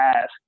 ask